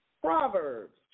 Proverbs